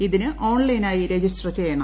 ഇതിന് ഓൺലൈനായി രജിസ്റ്റർ ചെയ്യണം